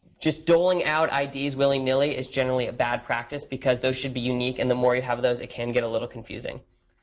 just doling out ids willy-nilly is generally a bad practice, because those should be unique. and the more you have those, it can get a little confusing.